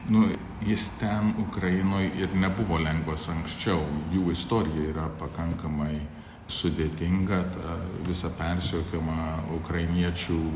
nu jis ten ukrainoj ir nebuvo lengvas anksčiau jau istorija yra pakankamai sudėtinga tą visą persekiojimą ukrainiečių